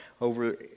over